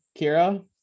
Kira